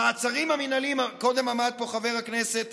המעצרים המינהליים, קודם עמד פה חבר הכנסת